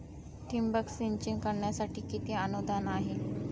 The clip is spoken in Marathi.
ठिबक सिंचन करण्यासाठी किती अनुदान आहे?